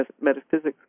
metaphysics